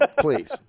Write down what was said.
please